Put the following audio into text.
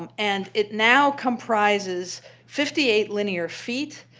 um and it now comprises fifty eight linear feet,